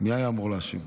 מי היה אמור להשיב?